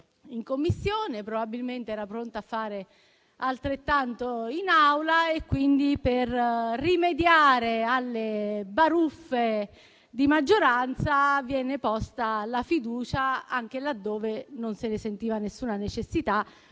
in Commissione e che probabilmente era pronta a fare altrettanto in Aula e quindi per rimediare alle baruffe di maggioranza viene posta la fiducia anche laddove non se ne sentiva alcuna necessità,